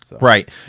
Right